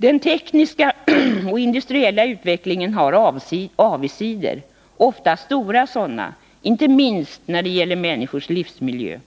Den tekniska och industriella utvecklingen har avigsidor, oftast stora sådana, inte minst när det gäller människors livsmiljö.